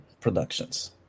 productions